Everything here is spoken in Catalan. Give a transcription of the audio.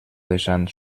vessant